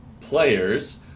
players